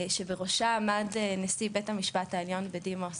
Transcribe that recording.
שבראשה עמד נשיא בית המשפט העליון בדימוס